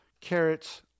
carrots